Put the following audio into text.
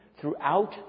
throughout